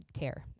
care